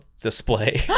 display